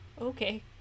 Okay